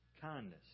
kindness